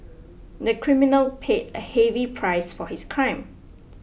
the criminal paid a heavy price for his crime